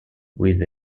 with